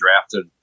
drafted